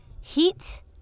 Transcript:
Heat